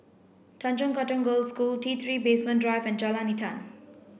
Tanjong Katong Girls' School T three Basement Drive and Jalan Intan